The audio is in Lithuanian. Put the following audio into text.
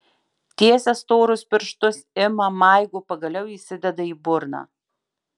tiesia storus pirštus ima maigo pagaliau įsideda į burną